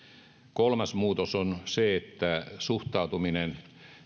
kolmas muutos on se että suhtautuminen